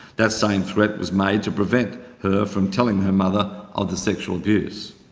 that same threat was made to prevent her from telling her mother of the sexual abuse.